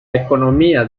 economía